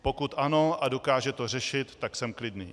Pokud ano a dokáže to řešit, tak jsem klidný.